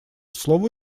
слово